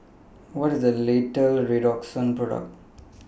What IS The Late Redoxon Product